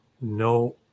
no